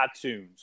iTunes